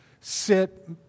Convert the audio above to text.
sit